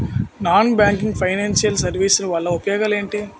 Non banking financial services వల్ల ఉపయోగాలు ఎంటి?